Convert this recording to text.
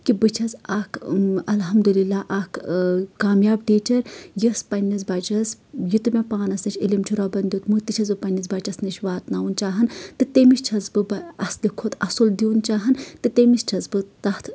کہِ بہٕ چھَس اکھ الحمدللہ اکھ کامیاب ٹیٖچر یۄس پَنٕنِس بَچس یہِ تہِ مےٚ پانَس نِش عِلم چھُ رۄبن دیُتمُت تہِ چھَس بہٕ پنٕنِس بَچس نِش واتناوُن چاہان تہٕ تٔمِس چھَس بہٕ اَصٕلہِ کھۄتہٕ اَصٕل دیُن چاہان تہٕ تٔمِس چھس بہٕ تَتھ